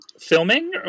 filming